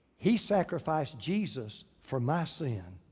he sacrificed jesus for my sin,